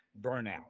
burnout